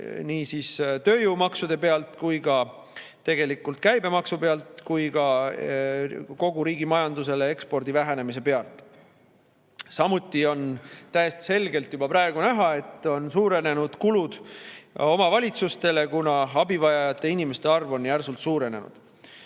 nii tööjõumaksude pealt kui ka käibemaksu pealt kui ka kogu riigi majandusele ekspordi vähenemise pealt. Samuti on täiesti selgelt juba praegu näha, et on suurenenud omavalitsuste kulud, kuna abi vajavate inimeste arv on järsult suurenenud. Mis